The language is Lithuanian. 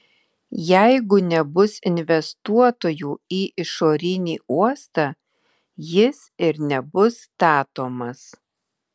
jeigu nebus investuotojų į išorinį uostą jis ir nebus statomas